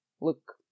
look